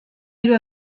hiru